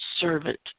servant